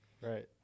Right